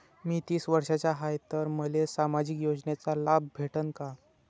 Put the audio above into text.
मी तीस वर्षाचा हाय तर मले सामाजिक योजनेचा लाभ भेटन का?